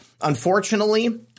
Unfortunately